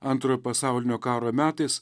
antrojo pasaulinio karo metais